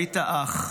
היית אח,